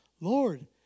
Lord